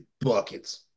buckets